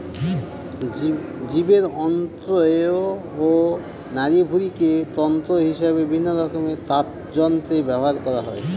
জীবের অন্ত্র ও নাড়িভুঁড়িকে তন্তু হিসেবে বিভিন্নরকমের তারযন্ত্রে ব্যবহার করা হয়